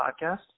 podcast